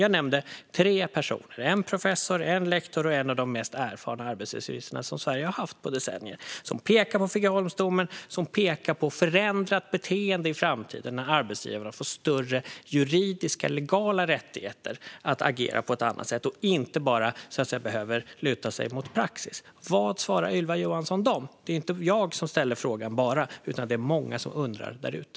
Jag nämnde tre personer: en professor, en lektor och en av de mest erfarna arbetsrättsjurister som Sverige har haft på decennier, som pekar på Figeholmsdomen och på ett förändrat beteende i framtiden när arbetsgivarna får större juridiska, legala rättigheter att agera på ett annat sätt och inte bara behöver luta sig mot praxis. Vad svarar Ylva Johansson dem? Det är ju inte bara jag som ställer frågan, utan det är många som undrar därute.